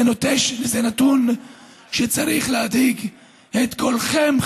זה נתון שצריך להדאיג את כולכם,